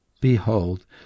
BEHOLD